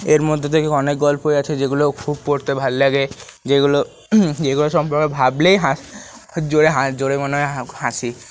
এর মধ্যে থেকে অনেক গল্পই আছে যেগুলো খুব পড়তে ভাল লাগে যেগুলো যেগুলো সম্পর্কে ভাবলেই হাসি জোরে জোরে মনে হয় হাসি